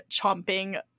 chomping